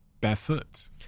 barefoot